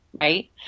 right